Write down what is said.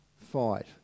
fight